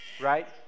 right